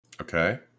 Okay